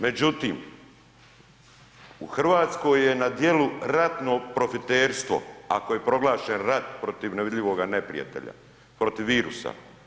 Međutim u Hrvatskoj je na djelu ratno profiterstvo ako je proglašen rat protiv nevidljivoga neprijatelja, protiv virusa.